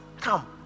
come